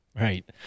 Right